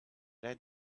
right